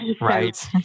Right